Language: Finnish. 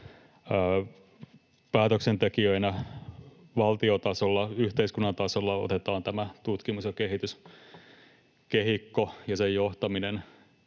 päätöksentekijöinä, valtion tasolla, yhteiskunnan tasolla otetaan tämä tutkimus- ja kehityskehikko ja sen johtaminen